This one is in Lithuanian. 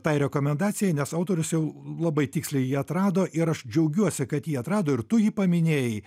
tai rekomendacijai nes autorius jau labai tiksliai jį atrado ir aš džiaugiuosi kad jį atrado ir tu jį paminėjai